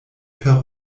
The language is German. per